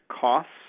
costs